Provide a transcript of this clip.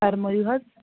فرمٲیِو حظ